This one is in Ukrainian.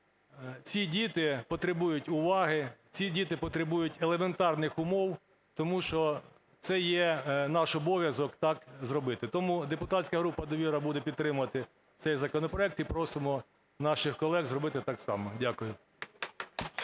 ці діти потребують уваги, ці діти потребують елементарних умов, тому що це є наш обов'язок так зробити. Тому депутатська група "Довіра" буде підтримувати цей законопроект, і просимо наших колег зробити так само. Дякую.